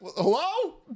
Hello